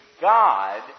God